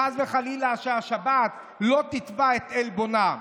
חס וחלילה שהשבת לא תתבע את עלבונה.